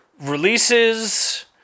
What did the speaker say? releases